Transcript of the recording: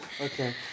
Okay